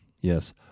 yes